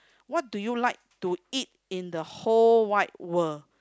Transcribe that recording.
what do you like to eat in the whole wide world